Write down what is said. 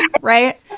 right